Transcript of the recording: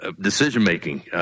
decision-making